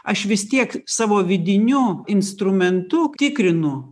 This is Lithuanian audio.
aš vis tiek savo vidiniu instrumentu tikrinu